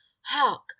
Hark